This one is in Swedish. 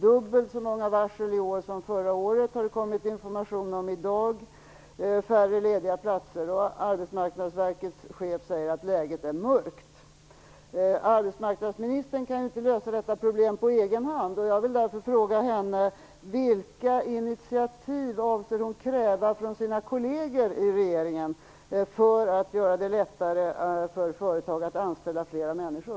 Dubbelt så många varsel i år som förra året, har det kommit information om i dag. Färre lediga platser, och Arbetsmarknadsverkets chef säger att läget är mörkt. Vilka initiativ avser hon att kräva från sina kolleger i regeringen för att göra det lättare för företag att anställa fler människor?